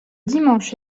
dimanche